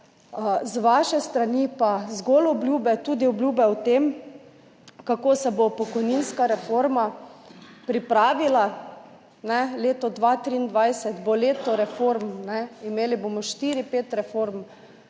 Z vaše strani pa zgolj obljube, tudi obljube o tem, kako se bo pokojninska reforma pripravila. Leto 2023 bo leto reform, imeli bomo štiri,